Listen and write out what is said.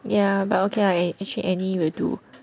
ya but okay lah eh actually any will do